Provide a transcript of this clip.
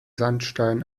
sandstein